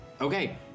Okay